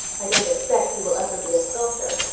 i don't expect he will ever be a sculptor,